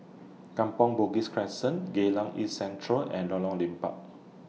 Kampong Bugis Crescent Geylang East Central and Lorong Liput